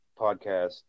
podcast